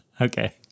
okay